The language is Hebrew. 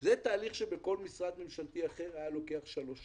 זה תהליך שבכל משרד ממשלתי היה אורך שלוש שנים.